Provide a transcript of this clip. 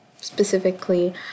specifically